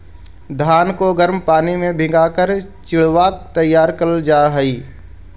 धान को गर्म पानी में भीगा कर चिड़वा तैयार करल जा हई